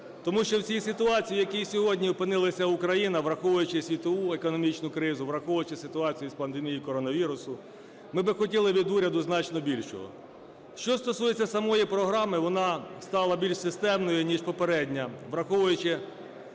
Тому що в цій ситуації, в якій сьогодні опинилася Україна, враховуючи світову економічну кризу, враховуючи ситуацію з пандемією коронавірусу, ми би хотіли від уряду значно більшого. Що стосується самої програми, вона стала більш системною ніж попередня,